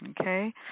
okay